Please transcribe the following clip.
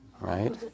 right